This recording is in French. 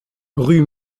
rue